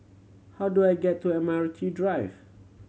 how do I get to Admiralty Drive